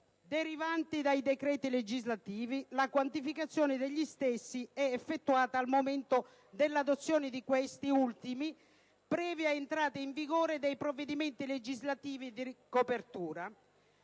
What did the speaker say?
derivanti dai decreti legislativi, la quantificazione degli stessi è effettuata al momento dell'adozione di questi ultimi, previa entrata in vigore dei provvedimenti legislativi di copertura.